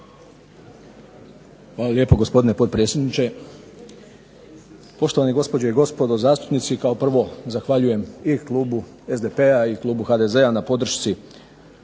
Hvala lijepo gospodine potpredsjedniče, poštovane gospođe i gospodo zastupnici. Kao prvo zahvaljujem i klubu SDP-a i klubu HDZ-a na podršci